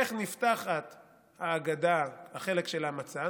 איך נפתחת ההגדה, החלק של המצה?